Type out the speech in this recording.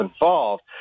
involved